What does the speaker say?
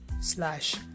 Slash